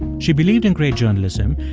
she believed in great journalism,